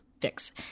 fix